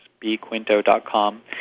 bquinto.com